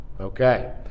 Okay